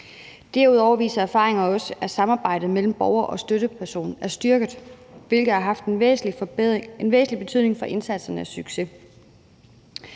Derudover viser erfaringer også, at samarbejdet mellem borger og støtteperson er styrket, hvilket har haft en væsentlig betydning for indsats og succes.